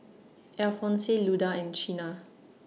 Alphonse Luda and Chynna